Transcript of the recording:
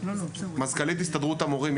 מזכ"לית הסתדרות המורים,